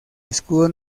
escudo